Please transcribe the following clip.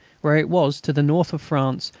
where it was, to the north of france,